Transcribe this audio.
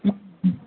ம்